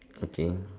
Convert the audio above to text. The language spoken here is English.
okay